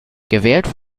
gewählt